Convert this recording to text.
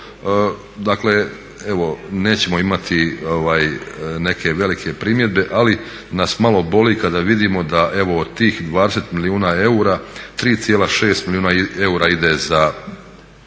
Dakle, evo nećemo imati neke velike primjedbe ali nas malo boli kada vidimo da evo od tih 20 milijuna eura 3,6 milijuna eura ide za upravljačku